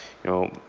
you know,